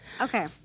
Okay